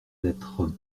lettres